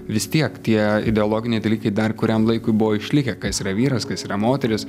vis tiek tie ideologiniai dalykai dar kuriam laikui buvo išlikę kas yra vyras kas yra moteris